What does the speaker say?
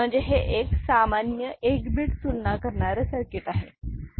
म्हणजे हे एक सामान्य एक बीट तुलना करणारे सर्किट आहे